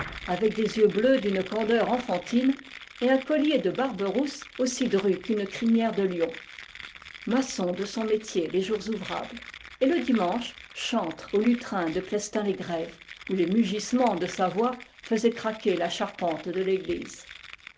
avec des yeux bleus d'une candeur enfantine et un collier de barbe rousse aussi drue qu'une crinière de lion maçon de pn métier les jours ouvrables et le dimanche chantre au lutrin de plestin les grèves où les mugissements de sa voix faisaient craquer la charpente de